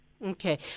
Okay